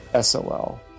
SOL